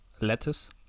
lettuce